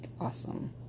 awesome